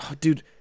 dude